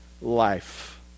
life